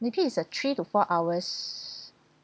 maybe is a three to four hours